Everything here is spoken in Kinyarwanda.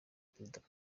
president